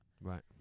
right